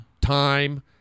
Time